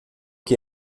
que